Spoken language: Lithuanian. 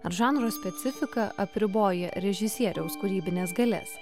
ar žanro specifika apriboja režisieriaus kūrybines galias